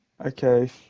Okay